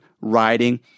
riding